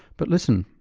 but listen.